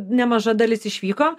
nemaža dalis išvyko